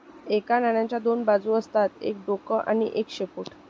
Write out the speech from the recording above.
एका नाण्याच्या दोन बाजू असतात एक डोक आणि एक शेपूट